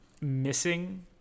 missing